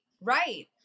Right